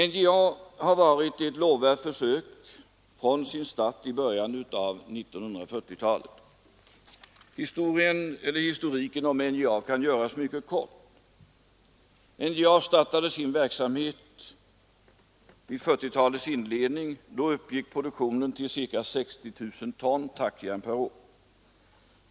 NJA har varit ett lovvärt försök från sin start i början av 1940-talet. Historiken om NJA kan göras mycket kort. NJA startade sin verksamhet vid 1940-talets inledning. Då uppgick produktionen till ca 60 000 ton tackjärn per år.